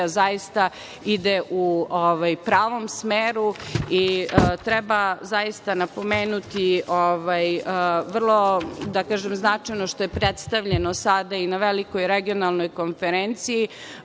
zaista ide u pravom smeru. Treba zaista napomenuti, vrlo značajno, što je predstavljeno sada i na velikoj regionalnoj konferenciji,